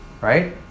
Right